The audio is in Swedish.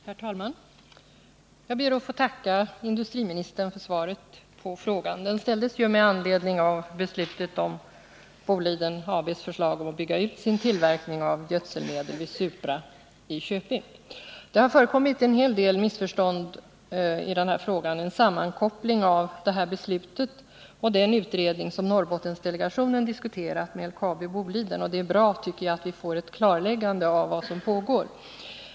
Herr talman! Jag ber att få tacka industriministern för svaret på frågan. Den ställdes ju med anledning av beslutet om Boliden AB:s förslag om att bygga ut sin tillverkning av gödselmedel vid Supra AB i Köping. Det har förekommit en hel del missförstånd och en sammankoppling av detta beslut och den utredning som Norrbottendelegationen diskuterat med LKAB och Boliden. Det är bra, tycker jag, att vi får ett klarläggande av vad som pågår.